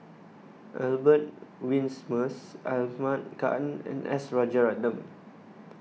Albert Winsemius Ahmad Khan and S Rajaratnam